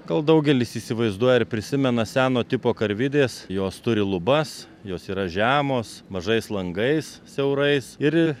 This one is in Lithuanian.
gal daugelis įsivaizduoja ir prisimena seno tipo karvidės jos turi lubas jos yra žemos mažais langais siaurais ir